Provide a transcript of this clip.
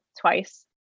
twice